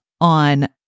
on